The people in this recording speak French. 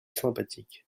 sympathique